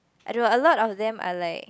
I don't know a lot of them are like